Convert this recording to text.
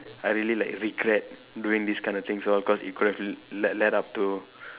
I really like regret doing this kind of things all because it could have l~ led up to